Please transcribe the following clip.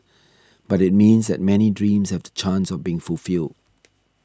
but it means that many dreams have the chance of being fulfilled